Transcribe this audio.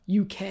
UK